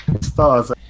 stars